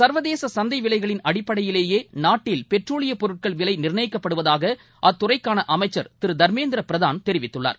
சர்வதேச சந்தை விலைகளின் அடிப்படையிலேயே நாட்டில் பெட்ரோலிய பொருட்கள் விலை நிர்ணயிக்கப்படுவதாக அத்துறைக்கான அமைச்சர் திரு தர்மேந்திர பிரதான் தெரிவித்துள்ளார்